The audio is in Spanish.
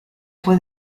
fue